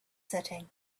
setting